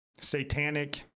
satanic